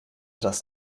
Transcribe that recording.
das